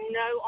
no